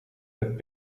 het